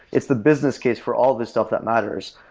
it's the business case for all these stuff that matters.